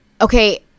okay